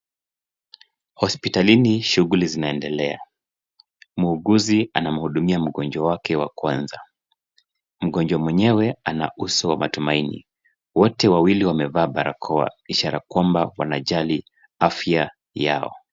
Hospitalini shughuli zinaendelea. Muuguzi anamhudumia mgonjwa wake wa kwanza. Mgonjwa mwenyewe ana uso wa tumaini. Wote wawili wamevaa barakoa ishara ya kwamba wanajali afya yao.